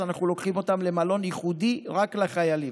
אז אנחנו לוקחים אותם למלון ייחודי רק לחיילים.